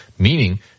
meaning